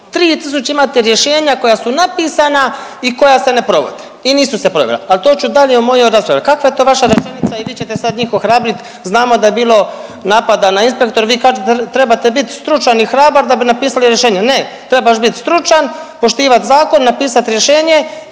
3000 imate rješenja koja su napisana i koja se ne provode i nisu se provela, ali to ću dalje u mojoj raspravi. Kakva je to vaša rečenica i vi ćete sad njih ohrabriti, znamo da je bilo napada na inspektore, vi kažete, trebate bit stručan i hrabar da bi napisali rješenje. Ne, trebaš bit stručan, poštivat zakon i napisat rješenje